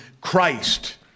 Christ